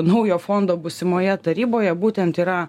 naujo fondo būsimoje taryboje būtent yra